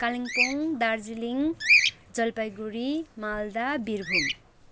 Kalimpong Darjeeling Jalpaiguri Malda Birbhum